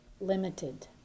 limited